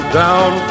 down